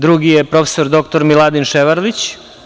Drugi je prof. dr Miladin Ševarlić.